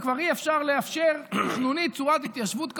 וכבר אי-אפשר לאפשר תכנונית צורת התיישבות כזאת,